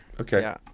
Okay